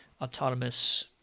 autonomous